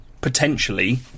potentially